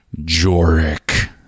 Jorick